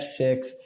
F6